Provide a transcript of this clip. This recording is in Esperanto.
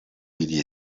ili